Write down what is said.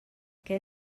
què